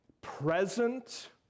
present